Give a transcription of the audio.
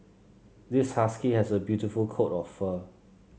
this husky has a beautiful coat of fur